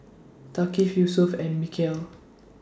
Thaqif Yusuf and Mikhail